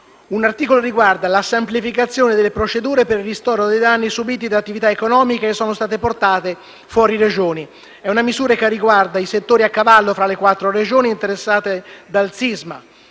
Un articolo riguarda la semplificazione delle procedure per il ristoro dei danni subiti da attività economiche che sono state portate fuori Regione. È una misura che riguarda i settori a cavallo fra le quattro Regioni interessate dal sisma.